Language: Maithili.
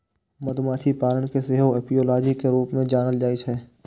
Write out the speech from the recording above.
मधुमाछी पालन कें सेहो एपियोलॉजी के रूप मे जानल जाइ छै